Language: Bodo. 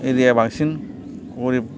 एरिया बांसिन गरिब